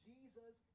Jesus